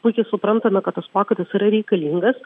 puikiai suprantame kad toks pokytis yra reikalingas